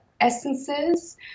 essences